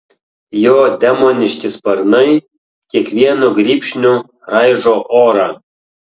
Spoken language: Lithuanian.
jo demoniški sparnai kiekvienu grybšniu raižo orą